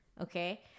okay